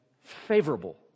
favorable